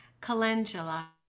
Calendula